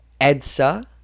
EDSA